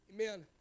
Amen